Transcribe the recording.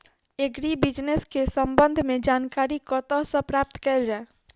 Agri business केँ संबंध मे जानकारी कतह सऽ प्राप्त कैल जाए?